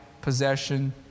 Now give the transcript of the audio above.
possession